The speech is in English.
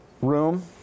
room